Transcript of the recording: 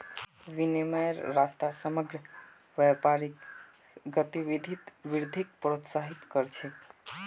विनिमयेर रास्ता समग्र व्यापारिक गतिविधित वृद्धिक प्रोत्साहित कर छे